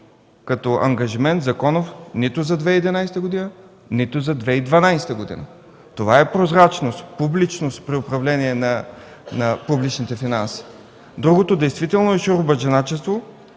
законов ангажимент нито за 2011 г., нито за 2012 г. Това е прозрачност, публичност при управление на публичните финанси. Другото действително е шуробаджанащина,